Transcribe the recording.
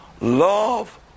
Love